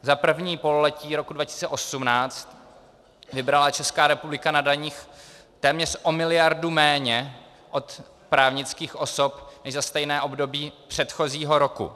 Za první pololetí roku 2018 vybrala Česká republika na daních téměř o miliardu méně od právnických osob než za stejné období předchozího roku.